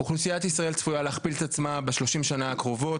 אוכלוסיית ישראל צפויה להכפיל את עצמה ב-30 שנה הקרובות,